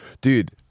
Dude